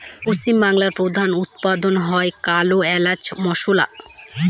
পশ্চিম বাংলায় প্রধান উৎপাদন হয় কালো এলাচ মসলা